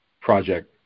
project